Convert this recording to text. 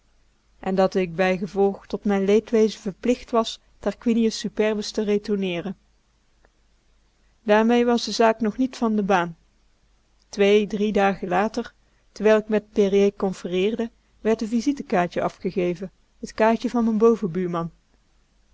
en dat ik bijgevolg tot mijn leedwezen verplicht was tarquinius superbus te retourneeren daarmee was de zaak nog niet van de baan twee drie dagen later terwijl k met périer confereerde werd n visitekaartje afgegeven t kaartje van m'n bovenbuurman